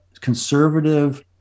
conservative